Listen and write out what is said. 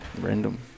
random